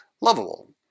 lovable